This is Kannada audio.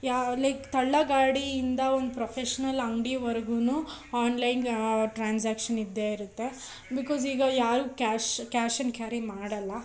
ಯಾ ಲೈಕ್ ತಳ್ಳುಗಾಡಿಯಿಂದ ಒಂದು ಪ್ರೊಫೆಷ್ನಲ್ ಅಂಗಡಿವರ್ಗೂನು ಆನ್ಲೈನ್ ಟ್ರಾನ್ಸಾಕ್ಷನ್ ಇದ್ದೇ ಇರುತ್ತೆ ಬಿಕಾಸ್ ಈಗ ಯಾರೂ ಕ್ಯಾಶ್ ಕ್ಯಾಶನ್ನ ಕ್ಯಾರಿ ಮಾಡೋಲ್ಲ